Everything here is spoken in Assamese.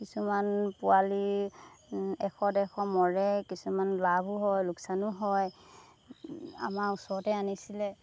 কিছুমান পোৱালী এশ ডেৰশ মৰে কিছুমান লাভো হয় লোকচানো হয় আমাৰ ওচৰতে আনিছিলে